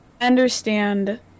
understand